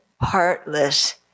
heartless